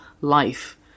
life